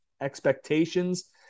expectations